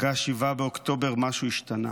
אחרי 7 באוקטובר משהו השתנה.